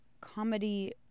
comedy